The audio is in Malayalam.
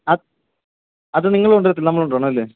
അത് അത് നിങ്ങൾ കൊണ്ട് വരത്തില്ല നമ്മൾ കൊണ്ട് വരണമല്ലേ